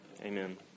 Amen